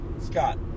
Scott